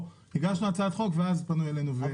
הגשנו הצעת חוק ואז פנו אלינו וביקשו פגישה איתנו.